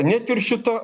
net ir šita